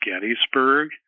Gettysburg